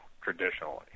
traditionally